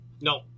No